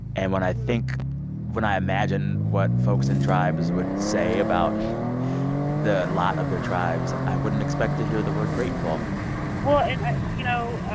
and when i think when i imagine what folks and tribes would say about the lot of their tribes, i wouldn't expect to hear the word grateful well, and i you know,